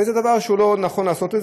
וזה דבר שלא נכון לעשות.